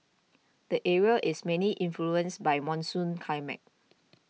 the area is mainly influenced by monsoon climate